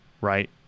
right